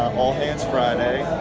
all hands friday,